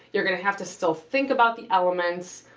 you're gonna have to still think about the elements.